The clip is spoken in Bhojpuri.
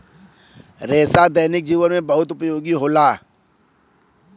रेसा दैनिक जीवन में बहुत उपयोगी होला